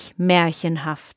märchenhaft